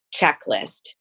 checklist